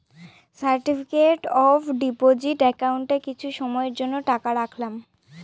certificate of deposit একাউন্টে কিছু সময়ের জন্য টাকা রাখলাম